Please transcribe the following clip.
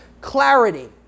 clarity